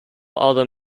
other